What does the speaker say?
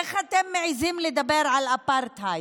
איך אתם מעיזים לדבר על אפרטהייד?